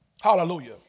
Hallelujah